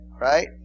Right